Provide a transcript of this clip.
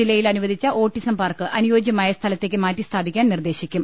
ജില്ലയിൽ അനുവദിച്ച autism park അനുയോജ്യമായ സ്ഥലത്തേക്ക് മാറ്റിസ്ഥാപിക്കാൻ നിർദേശിക്കും